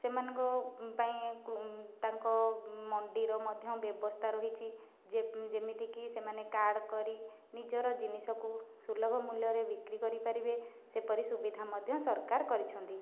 ସେମାନଙ୍କ ପାଇଁ ତାଙ୍କ ମଣ୍ଡିର ମଧ୍ୟ ବ୍ୟବସ୍ଥା ରହିଛି ଯେମିତିକି ସେମାନେ କାର୍ଡ କରି ନିଜର ଜିନିଷକୁ ସୁଲଭ ମୂଲ୍ୟରେ ବିକ୍ରି କରିପାରିବେ ସେପରି ସୁବିଧା ମଧ୍ୟ ସରକାର କରିଛନ୍ତି